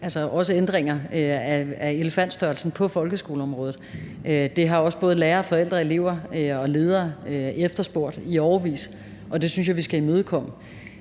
skal være ændringer af elefantstørrelsen på folkeskoleområdet. Det har både lærere, forældre, elever og ledere også efterspurgt i årevis, og det synes jeg vi skal imødekomme.